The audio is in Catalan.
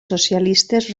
socialistes